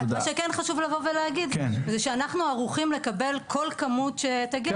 חשוב להגיד שאנחנו ערוכים לקבל כל כמות שתגיע.